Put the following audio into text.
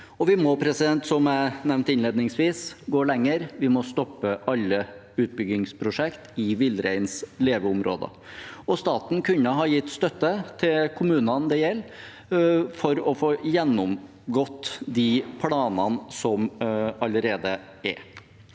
Vi må, som jeg nevnte innledningsvis, gå lenger. Vi må stoppe alle utbyggingsprosjekt i villreinens leveområder. Staten kunne ha gitt støtte til kommunene det gjelder, for å få gjennomgått de planene som allerede er.